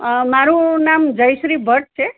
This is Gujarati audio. અ મારું નામ જયશ્રી ભટ્ટ છે